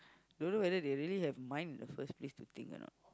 don't know whether they have mind in the first place to think or not